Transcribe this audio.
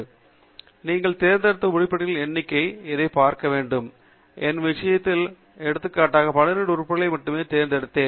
எனவே நீங்கள் தேர்ந்தெடுத்த உருப்படிகளின் எண்ணிக்கையுடன் இதைப் பார்க்க வேண்டும் என் விஷயத்தில் நான் எடுத்துக் காட்டாக 12 உருப்படிகளை மட்டுமே தேர்ந்தெடுத்தேன்